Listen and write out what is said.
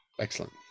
Excellent